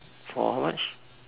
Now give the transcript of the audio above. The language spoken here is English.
for how much